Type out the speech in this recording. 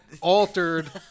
altered